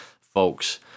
folks